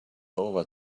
over